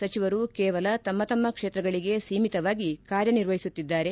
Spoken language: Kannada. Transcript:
ಸಚಿವರು ಕೇವಲ ತಮ್ಮ ತಮ್ಮ ಕ್ಷೇತ್ರಗಳಿಗೆ ಸೀಮಿತವಾಗಿ ಕಾರ್ಯ ನಿರ್ವಹಿಸುತ್ತಿದ್ದಾರೆ